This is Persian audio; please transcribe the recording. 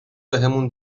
بهمون